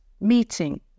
meeting